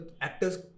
actor's